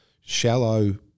shallow